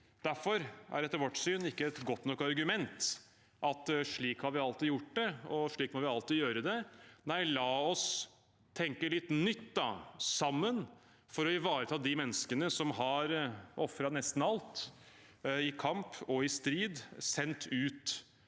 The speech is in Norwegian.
Derfor er det etter vårt syn ikke et godt nok argument at slik har vi alltid gjort det, og slik må vi alltid gjøre det. Nei, la oss tenke litt nytt, sammen, for å ivareta de menneskene som har ofret nesten alt i kamp og i strid, sendt ut